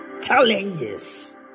Challenges